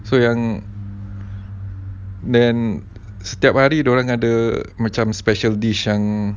so yang then setiap hari dia orang ada macam special dish yang